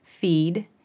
feed